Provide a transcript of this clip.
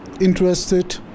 interested